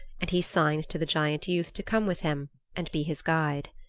and he signed to the giant youth to come with him and be his guide.